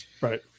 right